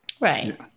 right